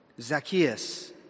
Zacchaeus